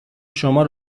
شما